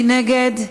מי נגד?